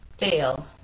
fail